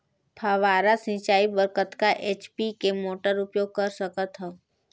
फव्वारा सिंचाई बर कतका एच.पी के मोटर उपयोग कर सकथव?